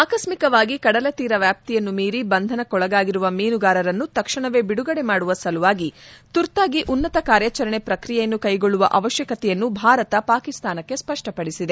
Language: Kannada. ಆಕಸ್ಮಿಕವಾಗಿ ಕಡಲತೀರ ವ್ಯಾಪ್ತಿಯನ್ನು ಮೀರಿ ಬಂಧನಕ್ಕೊಳಗಾಗಿರುವ ಮೀನುಗಾರರನ್ನು ತಕ್ಷಣವೇ ಬಿಡುಗಡೆ ಮಾಡುವ ಸಲುವಾಗಿ ತುರ್ತಾಗಿ ಉನ್ನತ ಕಾರ್ಯಾಚರಣೆ ಪ್ರಕ್ರಿಯೆಯನ್ನು ಕೈಗೊಳ್ಳುವ ಅವಶ್ಯಕತೆಯನ್ನು ಭಾರತ ಪಾಕಿಸ್ತಾನಕ್ಕೆ ಸ್ಪಷ್ಟಪಡಿಸಿದೆ